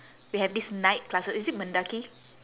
we have this night classes is it mendaki